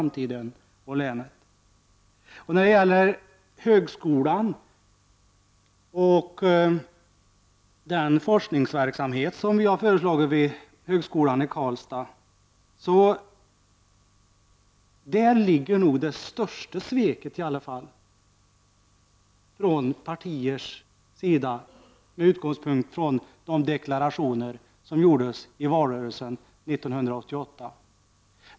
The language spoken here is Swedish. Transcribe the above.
Men det största sveket från andra partiers sida gäller nog högskolan och den forskningsverksamhet som vi har föreslagit i fråga om högskolan i Karlstad — detta sagt med utgångspunkt i de deklarationer som gjordes i valrörelsen 1988.